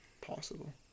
possible